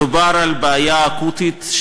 מדובר בבעיה אקוטית,